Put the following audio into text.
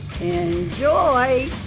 Enjoy